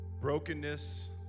brokenness